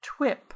Twip